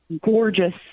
gorgeous